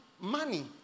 Money